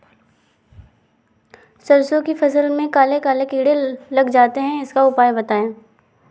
सरसो की फसल में काले काले कीड़े लग जाते इसका उपाय बताएं?